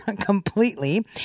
Completely